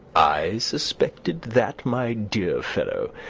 i suspected that, my dear fellow!